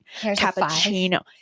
cappuccino